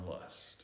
lust